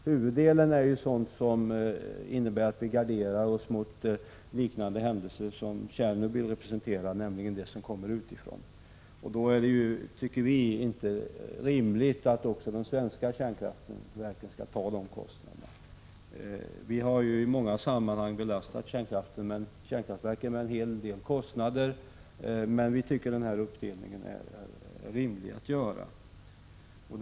Huvuddelen av åtgärderna vidtas för att gardera oss mot liknande olyckor som Tjernobylolyckan, dvs. olyckor som sker utanför vårt lands gränser. Vi tycker inte att det är rimligt att de svenska kärnkraftverken skall stå för dessa kostnader. Vi har i många sammanhang belastat kärnkraftverken med en hel del kostnader. I det här fallet tycker vi att denna uppdelning av kostnaderna är rimlig.